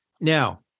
Now